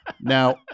Now